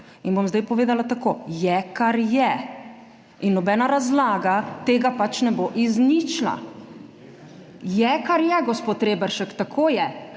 in bom zdaj povedala tako. Je kar je in nobena razlaga tega pač ne bo izničila. Je, kar je, gospod Reberšek. Tako je.